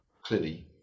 Clearly